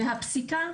והפסיקה,